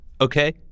Okay